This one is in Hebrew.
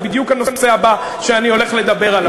זה בדיוק הנושא הבא שאני הולך לדבר עליו.